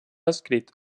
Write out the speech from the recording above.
escrit